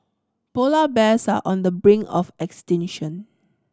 polar bears are on the brink of extinction